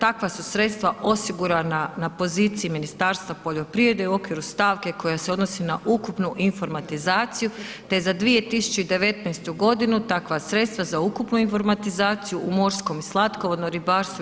Takva su sredstva osigurana na poziciji Ministarstva poljoprivrede u okviru stavke koja se odnosi na ukupnu informatizaciju te za 2019. godinu takva sredstva za ukupnu informatizaciju u morskom i slatkovodnom ribarstvu i